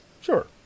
Sure